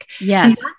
Yes